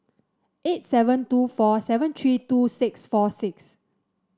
eight seven two four seven three two six four six